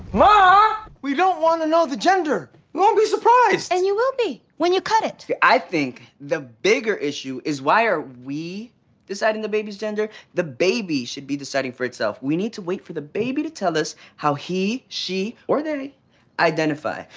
um ah we don't want to know the gender. we won't be surprised! and you will be! when you cut it i think the bigger issue is why are we deciding the baby's gender? the baby should be deciding for itself. we need to wait for the baby to tell us how he, she or they identify,